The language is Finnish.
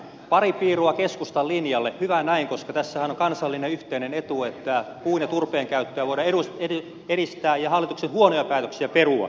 pari piirua keskustan linjalle hyvä näin koska tässähän on kansallinen yhteinen etu että puun ja turpeen käyttöä voidaan edistää ja hallituksen huonoja päätöksiä perua